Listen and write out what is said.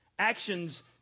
Actions